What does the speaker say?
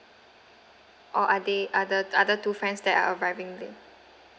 or are they other other two friends that are arriving late